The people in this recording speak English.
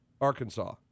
Arkansas